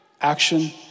action